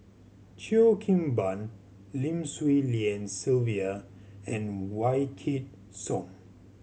Cheo Kim Ban Lim Swee Lian Sylvia and Wykidd Song